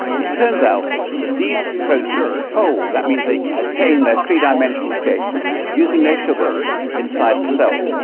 it turns out that these proteins fold, that means they attain their three-dimensional shape using their sugars inside the cell.